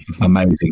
amazing